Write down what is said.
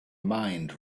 mind